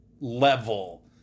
level